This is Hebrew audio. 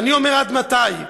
ואני אומר: עד מתי?